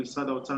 למשרד האוצר,